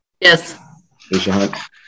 yes